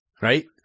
Right